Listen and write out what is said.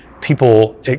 people